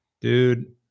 dude